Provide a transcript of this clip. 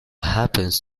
happens